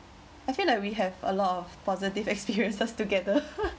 I feel like we have a lot of positive experiences together